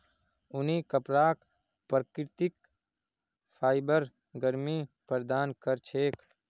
ऊनी कपराक प्राकृतिक फाइबर गर्मी प्रदान कर छेक